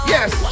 Yes